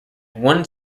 one